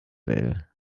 will